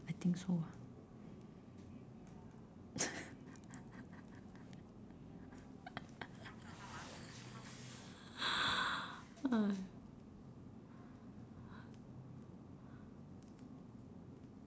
I think so ah